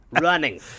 Running